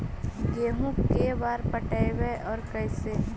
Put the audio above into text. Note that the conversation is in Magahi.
गेहूं के बार पटैबए और कैसे?